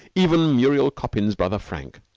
even muriel coppin's brother frank.